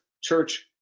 church